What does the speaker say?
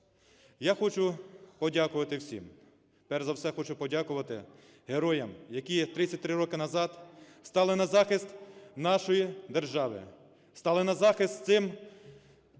я хочу подякувати всім, перш за все хочу подякувати героям, які 33 роки назад стали на захист нашої держави, стали на захист цим діям,